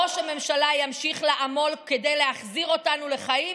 ראש הממשלה ימשיך לעמול כדי להחזיר אותנו לחיים,